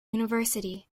university